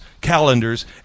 calendars